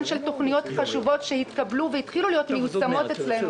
של תוכניות חשובות שהתקבלו והתחילו להיות מיושמות אצלנו,